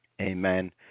amen